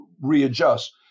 readjust